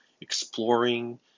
exploring